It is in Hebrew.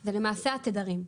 זה למעשה התדרים,